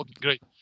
Great